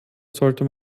sollte